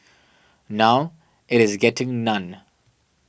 now it is getting none